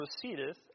proceedeth